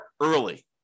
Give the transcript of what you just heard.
early